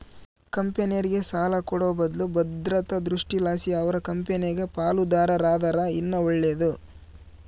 ಕಂಪೆನೇರ್ಗೆ ಸಾಲ ಕೊಡೋ ಬದ್ಲು ಭದ್ರತಾ ದೃಷ್ಟಿಲಾಸಿ ಅವರ ಕಂಪೆನಾಗ ಪಾಲುದಾರರಾದರ ಇನ್ನ ಒಳ್ಳೇದು